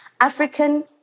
African